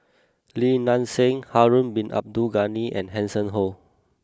Lim Nang Seng Harun bin Abdul Ghani and Hanson Ho